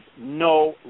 no